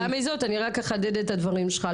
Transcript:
אני אחדד את הדברים שלך,